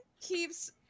keeps